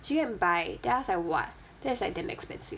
she go and buy then I was like !wah! that's like damn expensive